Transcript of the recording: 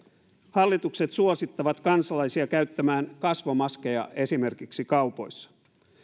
hallitukset suosittavat kansalaisia käyttämään kasvomaskeja esimerkiksi kaupoissa